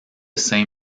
saint